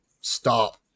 stop